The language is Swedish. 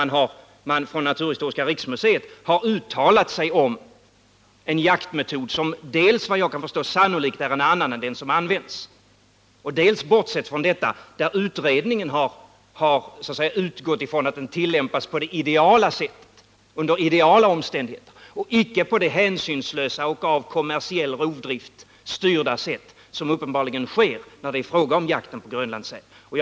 Naturhistoriska riksmuseet har uttalat sig om en jaktmetod som, såvitt jag förstår, sannolikt är en annan än den som används. Vidare har utredningen utgått från att jaktmetoden tillämpas på det ideala sättet och under ideala omständigheter och icke på det hänsynslösa och av kommersiell rovdrift styrda sätt som det uppenbarligen är fråga om vid jakten på grönlandssäl.